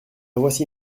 voici